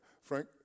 Frank